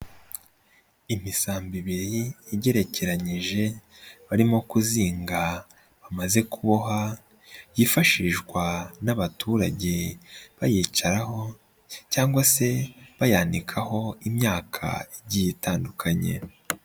Imisambi ibiri igerekeranyije barimo kuzinga bamaze kuboha, yifashishwa n'abaturage bayicaraho cyangwa se bayanikaho imyaka igiye itandukanye.